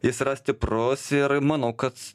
jis yra stiprus ir manau kad